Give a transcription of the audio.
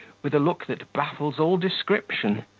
with a look that baffles all description,